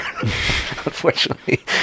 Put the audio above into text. Unfortunately